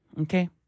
Okay